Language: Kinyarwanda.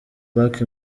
pac